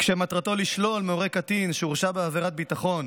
מטרתה לשלול מהורה של קטין שהורשע בעבירת ביטחון